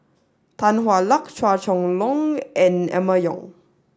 Tan Hwa Luck Chua Chong Long and Emma Yong